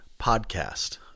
podcast